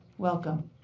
welcome.